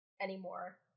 anymore